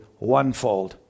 onefold